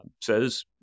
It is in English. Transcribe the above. says